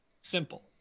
Simple